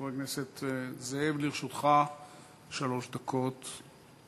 בבקשה, חבר הכנסת זאב, לרשותך שלוש דקות.